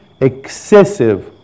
excessive